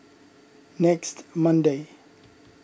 next Monday